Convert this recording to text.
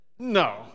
no